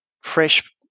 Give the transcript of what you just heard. fresh